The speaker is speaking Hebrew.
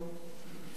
כל חודש,